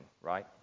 right